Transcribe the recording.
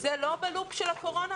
זה לא קשור לקורונה?